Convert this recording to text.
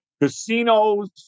casinos